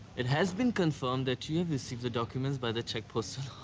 it has been confirmed that you have received the documents by the czech postal